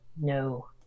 no